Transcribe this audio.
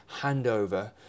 handover